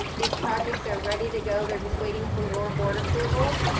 these projects are ready to go. they're just waiting for your board approval.